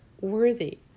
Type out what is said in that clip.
worthy